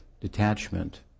detachment